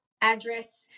address